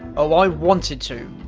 oh, i wanted to.